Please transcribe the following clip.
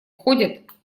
ходят